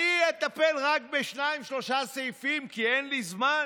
אני אטפל רק בשניים-שלושה סעיפים, כי אין לי זמן.